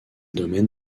domaines